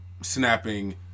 snapping